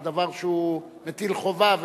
זה דבר שהוא מטיל חובה,